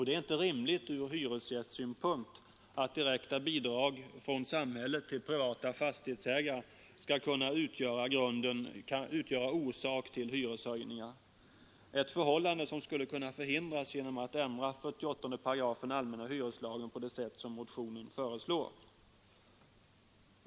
Det är inte rimligt ur hyresgästsynpunkt att direkta bidrag från samhället till privata fastighetsägare skall kunna utgöra orsak till hyreshöjningar — ett förhållande som skulle kunna förhindras genom att man ändrar 48 § allmänna hyreslagen på det sätt som motionen föreslår.